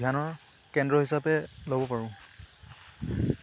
ধ্যানৰ কেন্দ্ৰ হিচাপে ল'ব পাৰোঁ